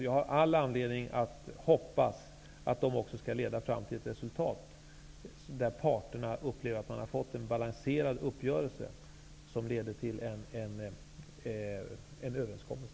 Jag har all anledning att hoppas att de också skall ge till resultat en uppgörelse som parterna upplever som balanserad och att detta leder till en överenskommelse.